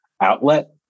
outlet